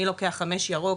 מי לוקח חמש ירוק,